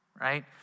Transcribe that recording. right